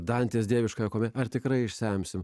dantės dieviškąją komediją ar tikrai išsemsime